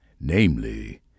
namely